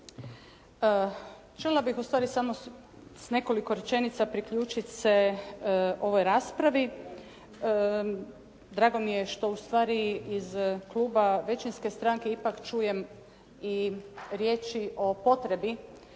Željela bih samo sa nekoliko rečenica priključiti se ovoj raspravi. Drago mi je što u stvari iz kluba većinske stranke ipak čujem i riječi o potrebi